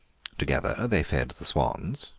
together they fed the swans,